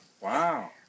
Wow